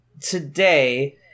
today